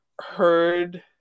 heard